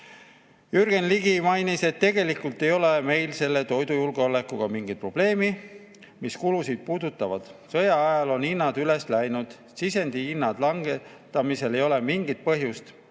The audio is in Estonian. Jürgen Ligi mainis, et tegelikult ei ole meil toidujulgeolekuga mingit probleemi, kui kuludest [rääkida]. Sõja ajal on hinnad üles läinud, sisendhindade langetamiseks ei ole mingit põhjust.